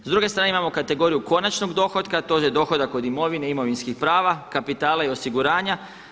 S druge strane imamo kategoriju konačnog dohotka, to je dohodak od imovine, imovinskih prava, kapitala i osiguranja.